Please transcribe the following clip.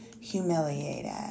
humiliated